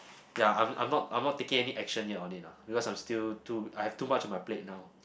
ya I'm I'm not I'm not taking any action yet on it lah because I'm still too I have too much on my plate now